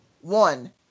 one